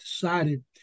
decided